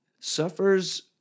suffers